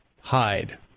hide